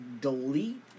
delete